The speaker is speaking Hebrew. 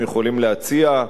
הם יכולים להציע.